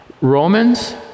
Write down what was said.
Romans